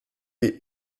die